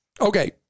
Okay